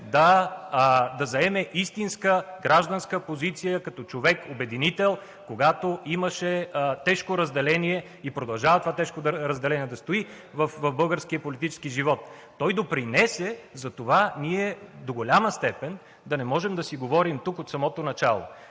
да заеме истинска гражданска позиция като човек обединител, когато имаше тежко разделение, и продължава това тежко разделение да стои в българския политически живот. Той допринесе за това ние до голяма степен да не можем да си говорим тук от самото начало.